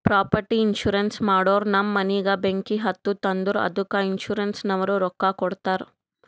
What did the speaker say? property insurance ಮಾಡೂರ್ ನಮ್ ಮನಿಗ ಬೆಂಕಿ ಹತ್ತುತ್ತ್ ಅಂದುರ್ ಅದ್ದುಕ ಇನ್ಸೂರೆನ್ಸನವ್ರು ರೊಕ್ಕಾ ಕೊಡ್ತಾರ್